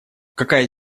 какая